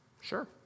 Sure